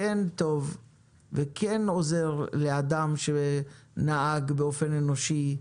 טוב וכן עוזר לאדם שנהג באופן אנושי,